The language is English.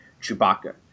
Chewbacca